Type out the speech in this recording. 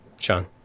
Sean